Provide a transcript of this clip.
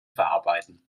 verarbeiten